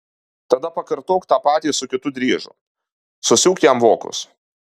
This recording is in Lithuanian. tada pakartok tą patį su kitu driežu susiūk jam vokus